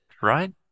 right